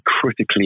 critically